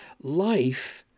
life